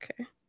Okay